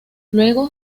luego